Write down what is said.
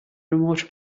remote